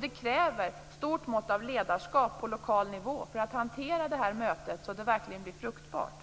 Det krävs ett stort mått av ledarskap på lokal nivå för att hantera det här mötet så att det verkligen blir fruktbart.